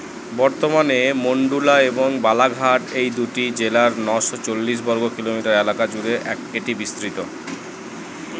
বর্তমানে মণ্ডুলা এবং বালাঘাট এই দুটি জেলার নশো চল্লিশ বর্গ কিলোমিটার এলাকা জুড়ে এক এটি বিস্তৃত